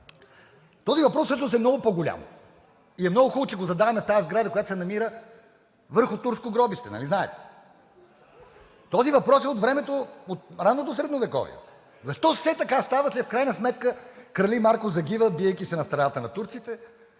Този въпрос всъщност е много по-голям и е много хубаво, че го задаваме в тази сграда, която се намира върху турско гробище. Нали знаете? Този въпрос е от времето на Ранното средновековие. Защо все така става, че в крайна сметка Крали Марко загива, биейки се на страната на турците,